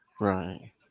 Right